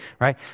right